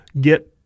get